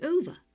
over